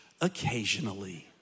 occasionally